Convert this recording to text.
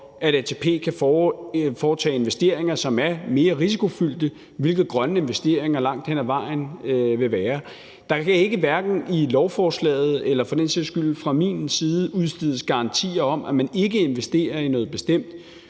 at ATP kan foretage investeringer, som er mere risikofyldte, hvilket grønne investeringer langt hen ad vejen vil være. Der kan hverken i lovforslaget eller for den sags skyld fra min side udstedes garantier om, at man ikke investerer i noget bestemt.